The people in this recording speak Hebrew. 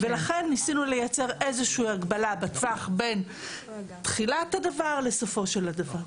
ולכן ניסינו למצוא איזה שהיא הגבלה בטווח בין תחילת הדבר לסופו של הדבר.